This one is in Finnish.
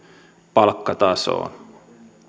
palkkatasoon